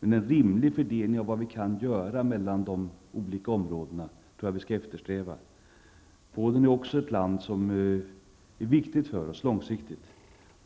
Men jag tror att vi skall eftersträva en rimlig fördelning mellan de olika områdena. Polen är också ett land som långsiktigt är viktigt för oss,